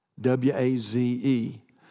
W-A-Z-E